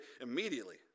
immediately